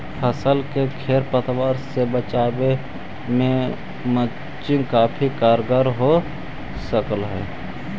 फसल के खेर पतवार से बचावे में मल्चिंग काफी कारगर हो सकऽ हई